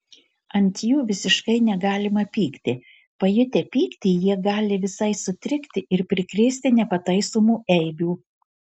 ant jų visiškai negalima pykti pajutę pyktį jie gali visai sutrikti ir prikrėsti nepataisomų eibių